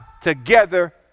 together